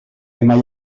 mai